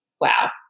wow